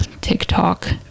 TikTok